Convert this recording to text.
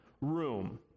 room